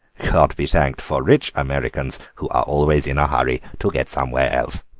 god be thanked for rich americans, who are always in a hurry to get somewhere else.